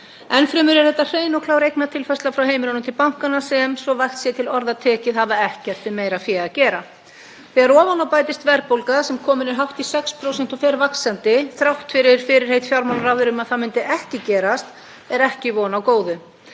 Enn fremur er þetta hrein og klár eignatilfærsla frá heimilunum til bankanna sem, svo að vægt sé til orða tekið, hafa ekkert við meira fé að gera. Þegar ofan á bætist verðbólga sem komin er hátt í 6% og fer vaxandi, þrátt fyrir fyrirheit fjármálaráðherra um að það myndi ekki gerast, er ekki von á góðu.